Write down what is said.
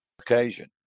occasion